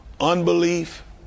unbelief